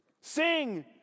Sing